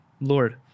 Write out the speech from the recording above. Lord